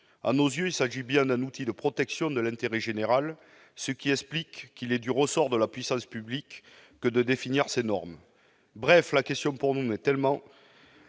À nos yeux, il s'agit bien d'un outil de protection de l'intérêt général, ce qui explique qu'il est du ressort de la puissance publique de définir ces normes. Bref, la question pour nous est non